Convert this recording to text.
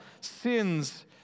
sins